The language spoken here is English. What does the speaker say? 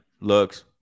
looks